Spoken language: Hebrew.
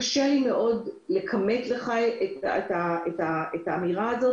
אבל קשה לי מאוד לכמת לך את האמירה הזאת,